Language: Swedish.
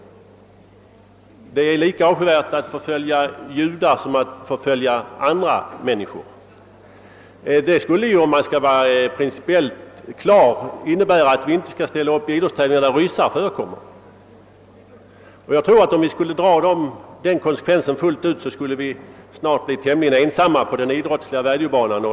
Det är självklart lika avskyvärt att förfölja judar som att förfölja andra människor. Om man skulle hålla på principen till det yttersta skulle det alltså medföra att vi inte skulle ställa upp i idrottstävlingar där ryssar deltar. Jag tror att om vi skulle dra konsekvenserna av en sådan ståndpunkt fullt ut, så skulle vi snart bli tämligen ensamma på den idrottsliga vädjobanan.